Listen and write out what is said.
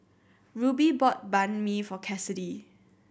Ruby bought Banh Mi for Kassidy